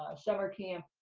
ah summer camp,